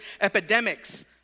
epidemics